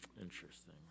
Interesting